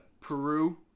Peru